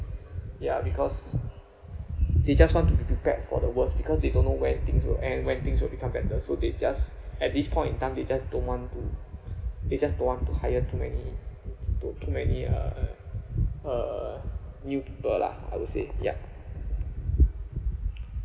ya because they just want to be prepared for the worst because they don't know when things will end when things will become better so they just at this point in time they just don't want to they just don't want to hire too many too many uh uh new people lah I would say ya